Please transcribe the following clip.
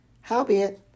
howbeit